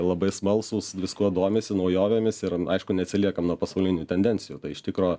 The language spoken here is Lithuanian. labai smalsūs viskuo domisi naujovėmis ir aišku neatsiliekam nuo pasaulinių tendencijų tai iš tikro